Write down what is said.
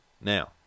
Now